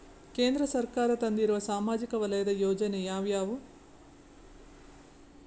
ಕೇಂದ್ರ ಸರ್ಕಾರ ತಂದಿರುವ ಸಾಮಾಜಿಕ ವಲಯದ ಯೋಜನೆ ಯಾವ್ಯಾವು?